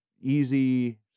easy